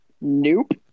nope